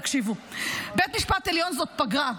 ותקשיבו: בבית המשפט העליון זו פגרה,